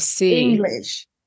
English